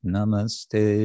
Namaste